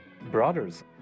brothers